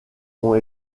ont